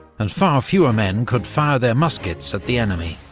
and far fewer men could fire their muskets at the enemy.